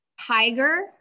tiger